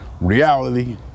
reality